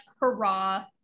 hurrah